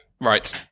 right